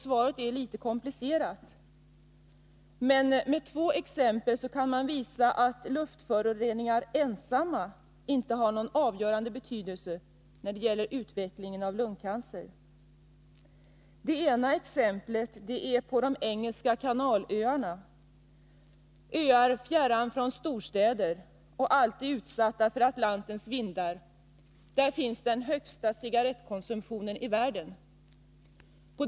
Svaret är litet komplicerat, men man kan med två exempel visa att enbart luftföroreningar inte har någon avgörande betydelse när det gäller utvecklingen av lungcancer. Det ena exemplet är hämtat från de engelska kanalöarna, öar fjärran från storstäder och alltid utsatta för Atlantens vindar. Där finns den största cigarettkonsumtionen i världen.